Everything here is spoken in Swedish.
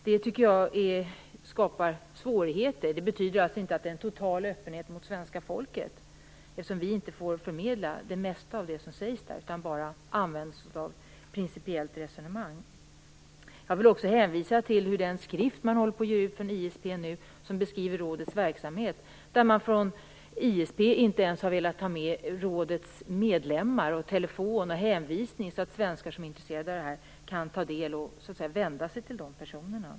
Det skapar svårigheter. Det betyder att det inte är någon total öppenhet mot svenska folket. Vi får ju inte förmedla det mesta av det som sägs där, utan bara använda oss av ett principiellt resonemang. Jag vill också hänvisa till den skrift som beskriver rådets verksamhet som ISP nu håller på att ge ut. Man har från ISP:s sida inte ens velat ta med rådets medlemmar, deras telefon och hänvisning till dem, så att svenskar som är intresserade av det här kan vända sig till dessa personer.